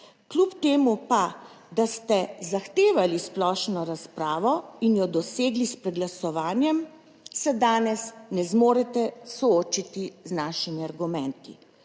Kljub temu pa, da ste zahtevali splošno razpravo in jo dosegli s preglasovanjem, se danes ne zmorete soočiti z našimi argumenti.